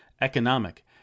economic